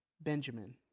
Benjamin